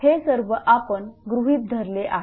हे सर्व आपण गृहीत धरले आहे